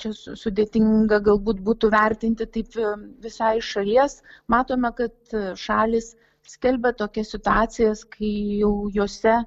čia sudėtinga galbūt būtų vertinti taip visai iš šalies matome kad šalys skelbia tokias situacijas kai jau jose